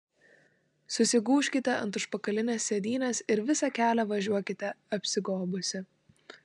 susigūžkite ant užpakalinės sėdynės ir visą kelią važiuokite apsigobusi